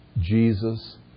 Jesus